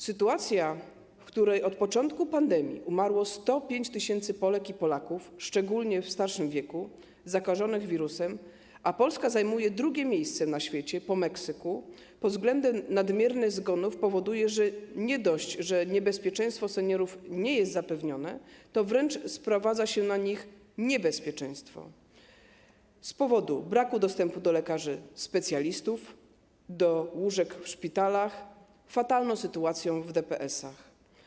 Sytuacja, w której od początku pandemii umarło 105 tys. Polek i Polaków, szczególnie w starszym wieku, zakażonych wirusem - a Polska zajmuje 2. miejsce na świecie, po Meksyku, pod względem nadmiernych zgonów - powoduje, że nie dość, że bezpieczeństwo seniorów nie jest zapewnione, to wręcz sprowadza się na nich niebezpieczeństwo z powodu braku dostępu do lekarzy specjalistów i do łóżek w szpitalach, fatalnej sytuacji w DPS-ach.